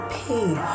pain